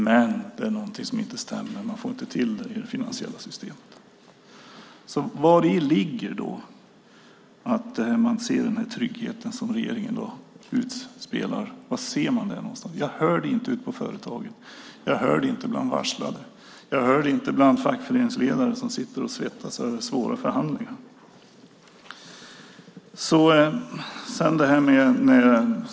Men det är något som inte stämmer i det finansiella systemet. Så var finns den trygghet som regeringen hänvisar till? Jag ser den ingenstans. Jag hör inte om den ute på företagen. Jag hör inte om den bland de varslade. Jag hör inte om den bland fackföreningsledare som sitter och svettas över svåra förhandlingar.